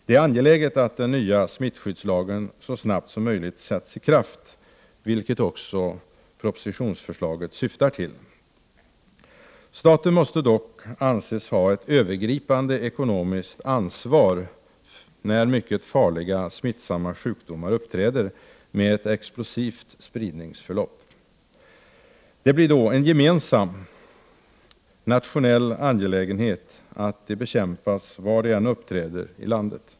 Det är angeläget att den nya smittskyddslagen så snabbt som möjligt sätts i kraft, vilket också propositionsförslaget syftar till. Staten måste dock anses ha ett övergripande ekonomiskt ansvar när mycket farliga smittsamma sjukdomar uppträder med ett explosivt spridningsförlopp. Det blir då en gemensam, nationell angelägenhet att de bekämpas var de än uppträder i landet.